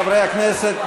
חברי הכנסת,